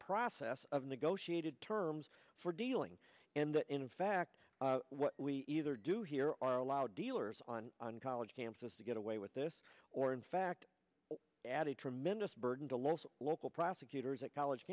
process of negotiated terms for dealing and in fact what we either do here are allowed dealers on on college campuses to get away with this or in fact added tremendous burden to laws local prosecutors and college